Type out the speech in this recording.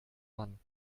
man